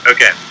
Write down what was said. Okay